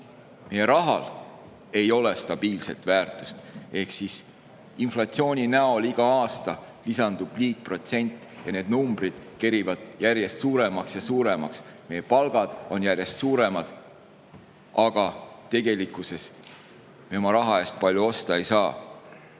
meie rahal ei ole stabiilset väärtust. Inflatsiooni tõttu lisandub igal aastal liitprotsent ja need numbrid kerivad järjest suuremaks ja suuremaks. Meie palgad on järjest suuremad, aga tegelikkuses me oma raha eest palju osta ei